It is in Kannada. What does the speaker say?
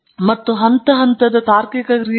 ಎರಡನೆಯ ಮತ್ತು ಮೂರನೆಯ ಹಂತವು ಬಲ ಮೆದುಳಿಗೆ ಸೇರಿದೆ